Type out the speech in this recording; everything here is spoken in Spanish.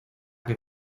que